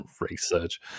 research